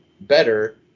better